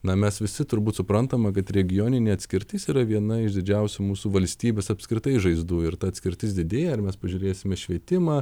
na mes visi turbūt suprantama kad regioninė atskirtis yra viena iš didžiausių mūsų valstybės apskritai žaizdų ir ta atskirtis didėja ar mes pažiūrėsime švietimą